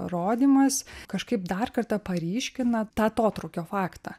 rodymas kažkaip dar kartą paryškina tą atotrūkio faktą